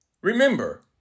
Remember